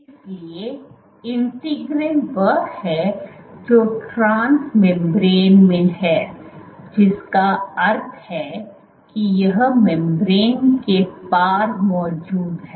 इसलिए इंटीग्रिन वह है जो ट्रांसमेम्ब्रान में है जिसका अर्थ है कि यह मेम्ब्रान के पार मौजूद है